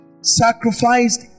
sacrificed